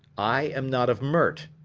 i am not of mert.